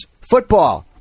football